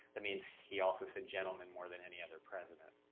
that means he also said gentlemen more than any other president,